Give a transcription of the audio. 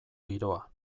giroa